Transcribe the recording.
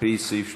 על-פי סעיף 35,